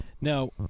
Now